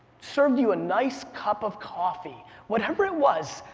served you a nice cup of coffee. whatever it was,